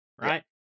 right